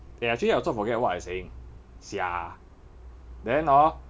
eh I actually also forget what I saying sia then hor